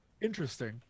Interesting